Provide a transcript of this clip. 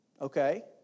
Okay